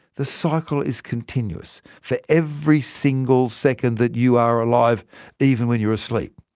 the cycle is continuous, for every single second that you are alive even when you're asleep.